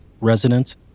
residents